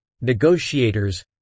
negotiators